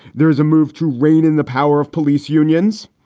there is a move to rein in the power of police unions,